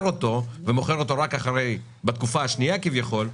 אותו ומוכר אותו רק בתקופה השנייה כביכול,